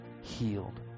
healed